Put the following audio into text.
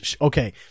Okay